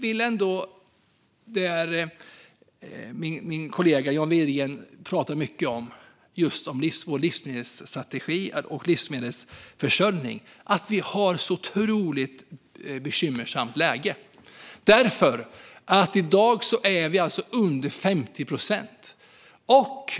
Min kollega John Widegren pratar mycket om vår livsmedelsstrategi och livsmedelsförsörjning och att vi har ett så otroligt bekymmersamt läge. I dag ligger vi alltså under 50 procent.